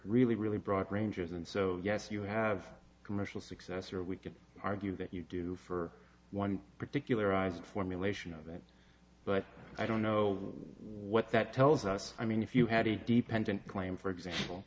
really really broad range of them so yes you have commercial success or we could argue that you do for one particular isaac formulation of it but i don't know what that tells us i mean if you had a dependent claim for example